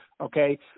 okay